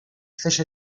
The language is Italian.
fece